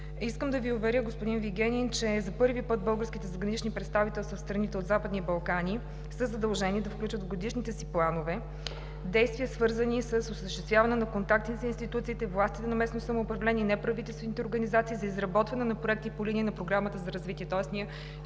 Искам да Ви уверя, господин Вигенин, че за първи път българските задгранични представителства в страните от Западни Балкани са задължени да включат в годишните си планове действия, свързани с осъществяване на контакти с институтите, властите на местно самоуправление, неправителствените организации за изработване на проекти по линия на Програмата за развитие.